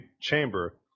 chamber